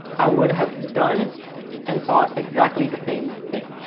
i would have done and thought exactly the same thing.